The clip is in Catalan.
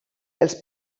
els